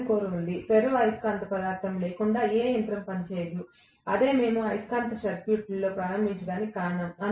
iron core ఉంది ferro అయస్కాంత పదార్థం లేకుండా ఏ యంత్రం పనిచేయదు అదే మేము అయస్కాంత సర్క్యూట్లతో ప్రారంభించడానికి కారణం